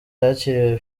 yakiriwe